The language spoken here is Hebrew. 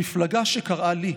המפלגה שקראה לי,